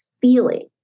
feeling